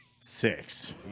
six